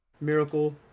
Miracle